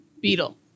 Beetle